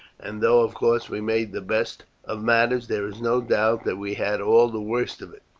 and though of course we made the best of matters, there is no doubt that we had all the worst of it.